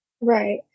Right